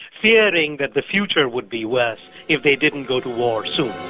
fearing that the future would be worse if they didn't go to war soon.